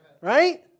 right